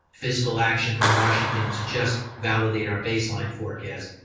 fiscal action from washington to just validate our baseline forecast.